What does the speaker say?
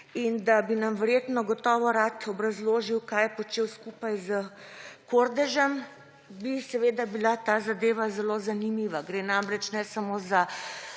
in da bi nam verjetno gotovo rad obrazložil, kaj je počel skupaj s Kordežem, bi seveda bila ta zadeva zelo zanimiva. Gre namreč ne samo za